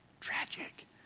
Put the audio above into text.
Tragic